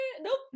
nope